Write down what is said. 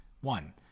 One